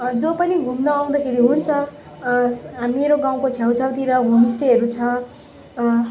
जो पनि घुम्न आउँदाखेरि हुन्छ मेरो गाउँको छेउछाउतिर होमस्टेहरू छ